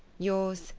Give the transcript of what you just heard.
yours,